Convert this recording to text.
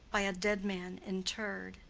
by a dead man interr'd.